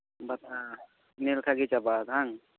ᱱᱤᱭᱟᱹ ᱞᱮᱠᱷᱟᱡ ᱜᱮ ᱪᱟᱵᱟᱜᱼᱟ ᱵᱟᱝ